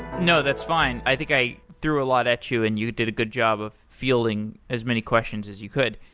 no. that's fine. i think i threw a lot at you in and you did a good job of fielding as many questions as you could.